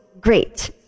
great